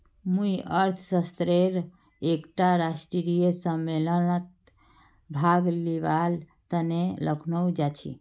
मुई अर्थशास्त्रेर एकटा राष्ट्रीय सम्मेलनत भाग लिबार तने लखनऊ जाछी